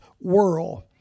world